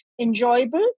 enjoyable